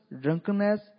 drunkenness